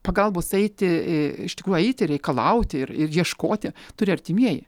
pagalbos eiti iš tikrųjų eiti reikalauti ir ir ieškoti turi artimieji